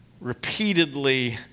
repeatedly